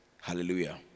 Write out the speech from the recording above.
Hallelujah